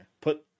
put